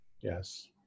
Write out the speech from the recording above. Yes